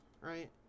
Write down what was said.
right